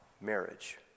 marriage